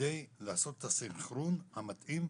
כדי לעשות את הסנכרון המתאים,